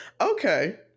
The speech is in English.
Okay